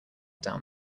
down